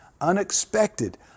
unexpected